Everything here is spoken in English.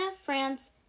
France